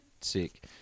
Sick